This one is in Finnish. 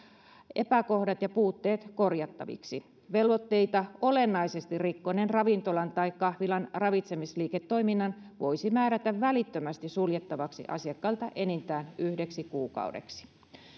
epäkohdat ja puutteet korjattaviksi velvoitteita olennaisesti rikkoneen ravintolan tai kahvilan ravitsemisliiketoiminnan voisi määrätä välittömästi suljettavaksi asiakkailta enintään yhdeksi kuukaudeksi